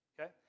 Okay